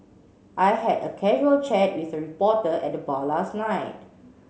I had a casual chat with a reporter at the bar last night